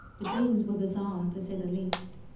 the dreams were bizarre to say the least.